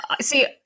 See